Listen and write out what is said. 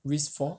risk for